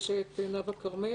יש את נאוה כרמל.